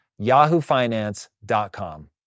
yahoofinance.com